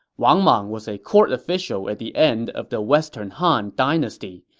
wang mang was a court official at the end of the western han dynasty,